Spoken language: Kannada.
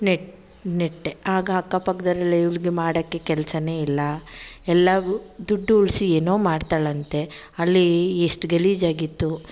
ನೆ ನೆಟ್ಟೆ ಆಗ ಅಕ್ಕಪಕ್ಕದವ್ರೆಲ್ಲ ಇವ್ಳಿಗೆ ಮಾಡೋಕ್ಕೆ ಕೆಲ್ಸವೇ ಇಲ್ಲ ಎಲ್ಲವು ದುಡ್ಡು ಉಳಿಸಿ ಏನೋ ಮಾಡ್ತಾಳಂತೆ ಅಲ್ಲಿ ಎಷ್ಟು ಗಲೀಜಾಗಿತ್ತು